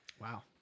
Wow